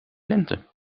lente